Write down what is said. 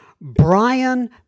Brian